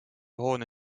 hoone